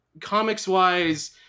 Comics-wise